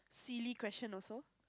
silly question also